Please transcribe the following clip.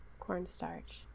Cornstarch